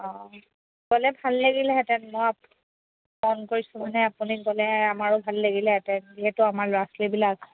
অঁ গ'লে ভাল লাগিলেহেঁতেন মই ফোন কৰিছোঁ মানে আপুনি গ'লেহে আমাৰো ভাল লাগিলেহেঁতেন যিহেতু আমাৰ ল'ৰা ছোৱালীবিলাক